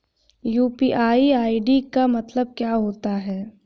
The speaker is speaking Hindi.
यू.पी.आई आई.डी का मतलब क्या होता है?